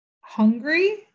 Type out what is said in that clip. hungry